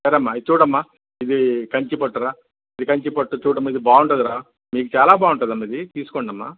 సరే అమ్మా ఇది చూడు అమ్మా ఇది కంచి పట్టు రా ఇది కంచి పట్టు చూడు అమ్మా ఇది బాగుంటుంది రా నీకు చాలా బాగుంటుంది అమ్మా ఇది తీసుకోండి అమ్మా